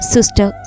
Sister